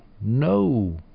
no